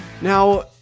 Now